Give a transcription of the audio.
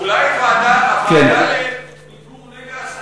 אולי הוועדה למיגור נגע הסמים,